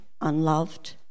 unloved